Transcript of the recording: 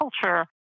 culture